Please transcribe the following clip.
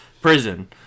prison